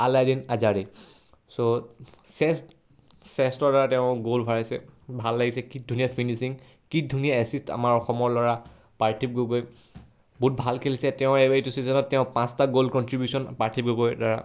Alaaeldin Ajaraie চ' চেষ্ট চেষ্টৰ দ্বাৰা তেওঁ গ'ল ভৰাইছে ভাল লাগিছে কি ধুনীয়া ফিনিচিং কি ধুনীয়া এচিষ্ট আমাৰ অসমৰ ল'ৰা পাৰ্থিৱ গগৈ বহুত ভাল খেলিছে তেওঁৰ এইটো ছিজনত তেওঁ পাঁচটা গ'ল কণ্ট্ৰিবিউশ্যন পাৰ্থিৱ গগৈৰ দ্বাৰা